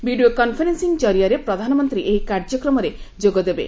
video conferencing ଜରିଆରେ ପ୍ରଧାନମନ୍ତୀ ଏହି କାର୍ଯ୍ୟକ୍ରମରେ ଯୋଗଦେବେ